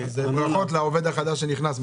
ברכות לעובד החדש שנכנס,